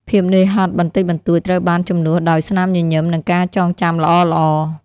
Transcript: ភាពនឿយហត់បន្តិចបន្តួចត្រូវបានជំនួសដោយស្នាមញញឹម និងការចងចាំល្អៗ។